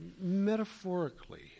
metaphorically